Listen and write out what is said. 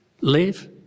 live